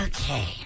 Okay